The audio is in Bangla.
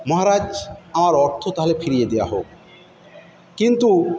মহারাজ আমার অর্থ তাহলে ফিরিয়ে দেওয়া হোক কিন্তু